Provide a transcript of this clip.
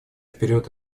вперед